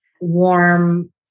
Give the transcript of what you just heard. warm